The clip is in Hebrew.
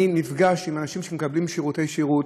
אני נפגש עם אנשים שמקבלים שירותי סיעוד,